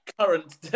current